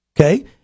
okay